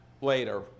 later